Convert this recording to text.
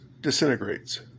disintegrates